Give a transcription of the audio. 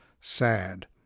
Sad